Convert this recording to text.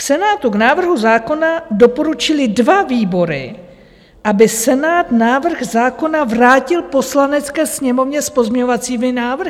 V Senátu k návrhu zákona doporučily dva výbory, aby Senát návrh zákona vrátil Poslanecké sněmovně s pozměňovacími návrhy.